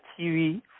TV